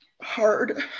Hard